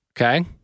Okay